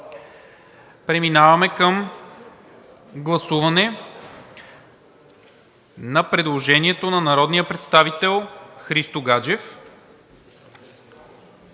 Преминаваме към гласуване на предложението на народния представител Христо Гаджев